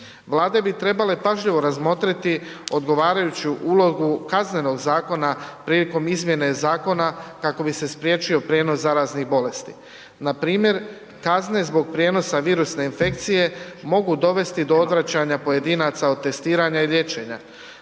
Vlade bi trebale pažljivo razmotriti odgovarajuću ulogu kaznenog zakona prilikom izmjene zakona kako bi se spriječio prijenos zaraznih bolesti, npr. kazne zbog prijenosa virusne infekcije mogu dovesti do odvraćanja pojedinaca od testiranja i liječenja.